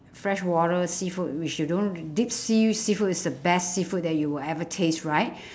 fresh water seafood which you don't deep sea seafood is the best seafood that you will ever taste right